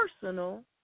personal